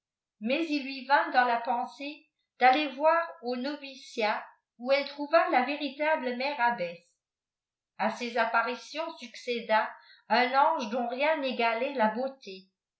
mais il lui vint dans la pensée d'aller voir au noviciat où elle trouva la véritable mère abbesse a ces apparitions suocéda unnge dont rien n'égalait la beauté